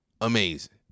amazing